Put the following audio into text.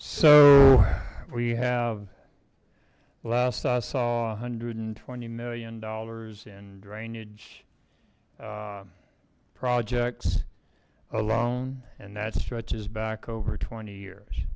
so we have last i saw a hundred and twenty million dollars in drainage projects alone and that stretches back over twenty years